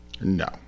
No